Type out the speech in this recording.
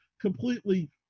completely